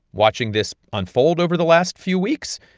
watching this unfold over the last few weeks,